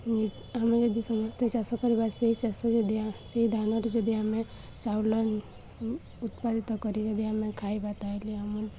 ଆମେ ଯଦି ସମସ୍ତେ ଚାଷ କରିବା ସେହି ଚାଷ ଯଦି ସେହି ଧାନରେ ଯଦି ଆମେ ଚାଉଳ ଉତ୍ପାଦିତ କରି ଯଦି ଆମେ ଖାଇବା ତା'ହେଲେ ଆମେ